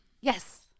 yes